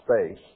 space